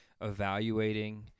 evaluating